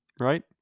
Right